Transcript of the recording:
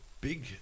big